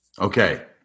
Okay